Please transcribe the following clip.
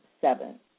seven